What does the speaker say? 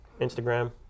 Instagram